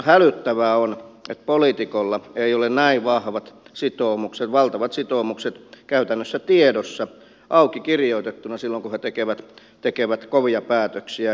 hälyttävää on että poliitikolla ei ole näin vahvat sitoumukset valtavat sitoumukset käytännössä tiedossa auki kirjoitettuna silloin kun he tekevät kovia päätöksiä